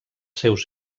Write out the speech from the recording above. seus